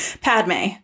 Padme